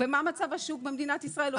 ומה מצב השוק במדינת ישראל?